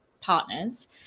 partners